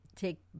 take